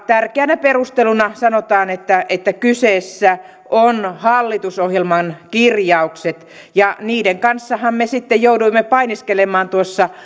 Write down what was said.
tärkeänä perusteluna sanotaan että että kyseessä on hallitusohjelman kirjaukset ja niiden kanssahan me sitten jouduimme painiskelemaan tuossa